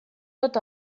tot